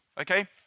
Okay